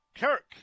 Kirk